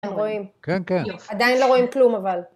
רואים -כן, כן -עדיין לא רואים כלום אבל.